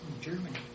Germany